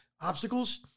obstacles